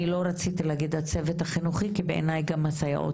אני לא רציתי להגיד "הצוות החינוכי" כי בעיני גם הסייעות